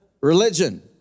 religion